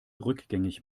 rückgängig